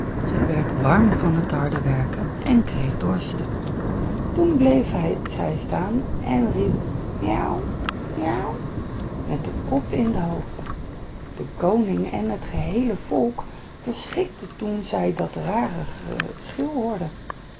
zij werd warm van dat harde werken en kreeg dorst toen bleef zij staan en riep miauw miauw met de kop in de hoogte de koning en het geheele volk verschrikten toen zij dat rare geschreeuw hoorden